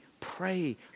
pray